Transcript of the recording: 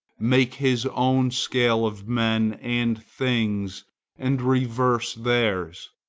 make his own scale of men and things and reverse theirs,